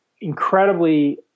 incredibly